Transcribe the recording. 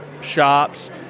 shops